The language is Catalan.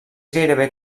gairebé